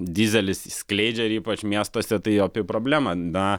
dyzelis skleidžia ir ypač miestuose tai opi problema na